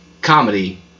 comedy